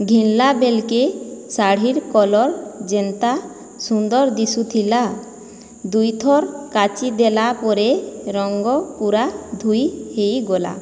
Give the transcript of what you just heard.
ଘିନ୍ଲା ବେଲ୍ କେ ଶାଢ଼ୀର୍ କଲର୍ ଯେନ୍ତା ସୁନ୍ଦର ଦିଶୁଥିଲା ଦୁଇଥର କାଚି ଦେଲାପରେ ରଙ୍ଗ ପୂରା ଧୁଇ ହେଇଗଲା